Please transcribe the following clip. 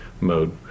mode